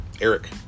Eric